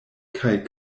kaj